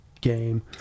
Game